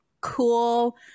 cool